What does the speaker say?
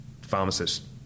pharmacists